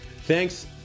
Thanks